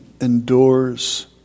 endures